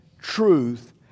truth